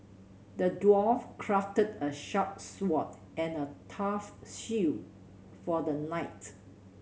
the dwarf crafted a sharp sword and a tough shield for the knight